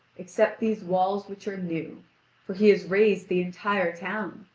except these walls which are new for he has razed the entire town.